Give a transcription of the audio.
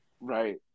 right